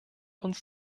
uns